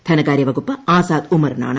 ധനകാര്യവകുപ്പ് Azad ഉമറിനാണ്